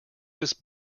this